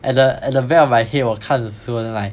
at the at the back of my head 我看 soon like